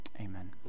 amen